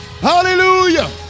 Hallelujah